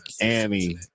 Annie